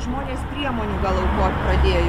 žmonės priemonių gal aukot pradėjo